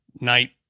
night